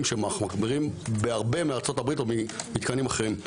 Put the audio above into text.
שמחמירים בהרבה מארצות הברית או מתקנים אחרים.